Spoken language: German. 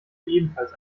ebenfalls